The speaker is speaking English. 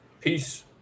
Peace